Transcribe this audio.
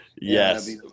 Yes